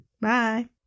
Bye